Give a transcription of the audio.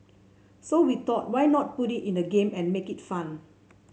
so we thought why not put it in a game and make it fun